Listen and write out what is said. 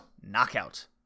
knockout